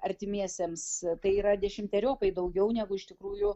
artimiesiems tai yra dešimteriopai daugiau negu iš tikrųjų